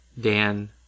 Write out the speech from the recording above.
Dan